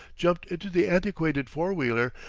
jumped into the antiquated four-wheeler,